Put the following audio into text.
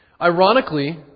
Ironically